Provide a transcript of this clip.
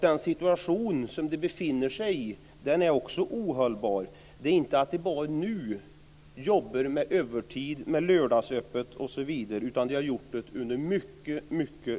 Den situation som den befinner sig i är ohållbar. Det är inte bara nu de jobbar övertid med lördagsöppet osv., utan de har gjort det under mycket lång tid.